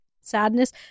sadness